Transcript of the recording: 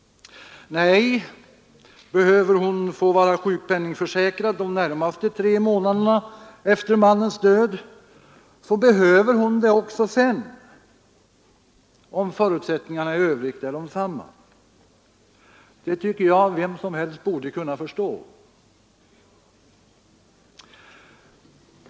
Nej, behöver hon vara sjukpenningförsäkrad de närmaste tre månaderna efter mannens död, så behöver hon det också sedan, om förutsättningarna i övrigt är desamma. Det tycker jag att vem som helst borde kunna förstå.